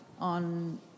on